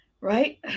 Right